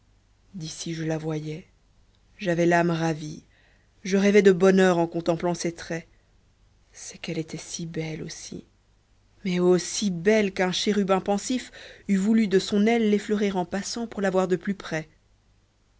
d'ici je la voyais j'avais l'âme ravie je rêvais de bonheur en contemplant ses traits c'est qu'elle était si belle aussi mais oh si belle qu'un chérubin pensif eût voulu de son aile l'effleurer en passant pour la voir de plus près